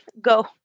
go